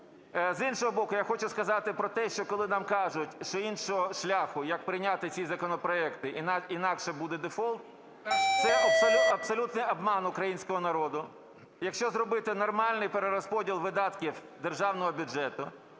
З іншого боку, я хочу сказати про те, що коли нам кажуть, що іншого шляху, як прийняти ці законопроекти, інакше буде дефолт, це абсолютний обман українського народу. Якщо зробити нормальний перерозподіл видатків державного бюджету,